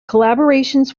collaborations